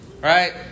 Right